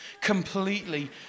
completely